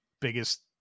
biggest